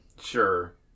Sure